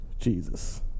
Jesus